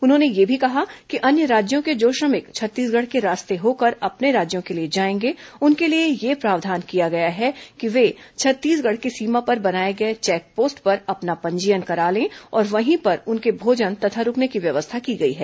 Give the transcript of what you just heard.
उन्होंने यह भी कहा कि अन्य राज्यों के जो श्रमिक छत्तीसगढ़ के रास्ते होकर अपने राज्यों के लिए जाएंगे उनके लिए यह प्रावधान किया गया है कि वे छत्तीसगढ़ की सीमा पर बनाए गए चेकपोस्ट पर अपना पंजीयन करा लें और वहीं पर उनके भोजन तथा रूकने की व्यवस्था की गई है